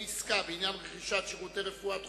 עסקה בעניין רכישת שירותי רפואה דחופה),